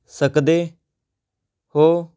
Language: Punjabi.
ਸਕਦੇ ਹੋ